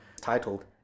titled